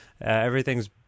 everything's